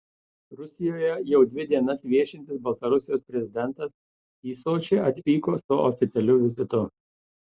rusijoje jau dvi dienas viešintis baltarusijos prezidentas į sočį atvyko su oficialiu vizitu